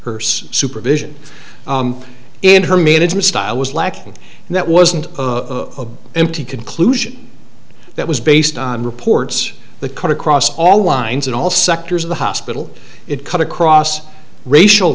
purse supervision in her management style was lacking and that wasn't a empty conclusion that was based on reports the cut across all lines in all sectors of the hospital it cut across racial